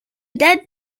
dead